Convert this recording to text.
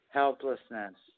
helplessness